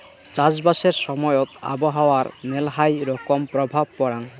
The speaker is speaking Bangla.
চাষবাসের সময়ত আবহাওয়ার মেলহাই রকম প্রভাব পরাং